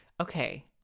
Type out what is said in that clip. okay